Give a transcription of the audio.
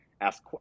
ask